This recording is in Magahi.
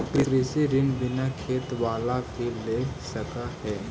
कृषि ऋण बिना खेत बाला भी ले सक है?